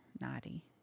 Naughty